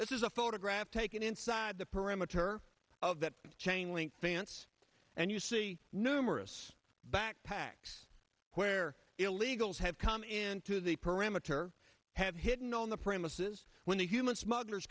this is a photograph taken inside the parameter of that chain link fence and you see numerous backpacks where illegals have come into the parameter have hidden on the premises when the human sm